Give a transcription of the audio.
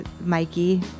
mikey